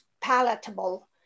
palatable